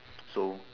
so